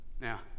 Now